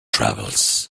travels